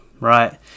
Right